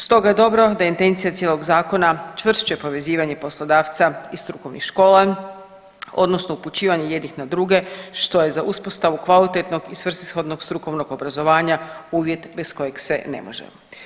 Stoga je dobro da je intencija cijelog zakona čvršće povezivanje poslodavca i strukovnih škola, odnosno upućivanje jednih na druge, što je za uspostavu kvalitetnog i svrsishodnog strukovnog obrazovanja uvjet bez kojeg se ne može.